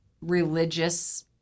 religious